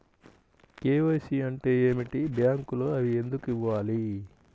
KYC అంటే ఏమిటి? బ్యాంకులో అవి ఎందుకు ఇవ్వాలి?